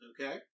Okay